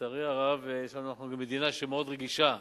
לצערי הרב, אנחנו מדינה שמאוד רגישה